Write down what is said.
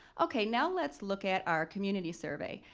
okay. now let's look at our community survey.